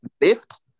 Lift